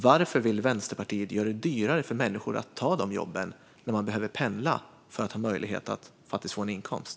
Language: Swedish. Varför vill Vänsterpartiet göra det dyrare för människor att ta de jobben om de behöver pendla för att få möjlighet att ha en inkomst?